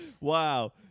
Wow